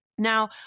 Now